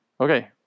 Okay